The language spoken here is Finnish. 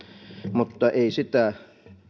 mutta ei sitä